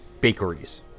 bakeries